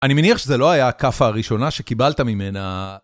אני מניח שזה לא היה הכאפה הראשונה שקיבלת ממנה.